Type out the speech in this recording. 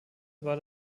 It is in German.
war